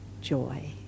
joy